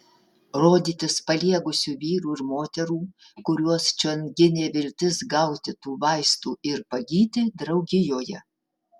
rodytis paliegusių vyrų ir moterų kuriuos čion ginė viltis gauti tų vaistų ir pagyti draugijoje